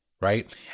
right